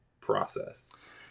process